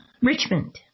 Richmond